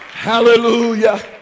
Hallelujah